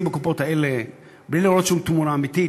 בקופות האלה בלי לראות שום תמורה אמיתית.